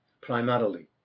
primarily